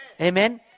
Amen